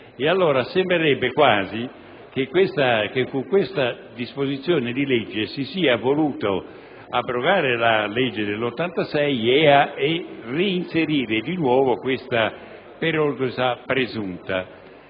Ed allora sembrerebbe quasi che con questa disposizione di legge si sia voluto abrogare la citata legge del 1986 e inserire di nuovo la pericolosità presunta.